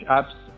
apps